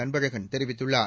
அன்பழகன் தெரிவித்துள்ளார்